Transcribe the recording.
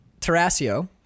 Tarasio